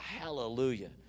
Hallelujah